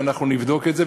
אנחנו נבדוק את זה,